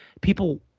people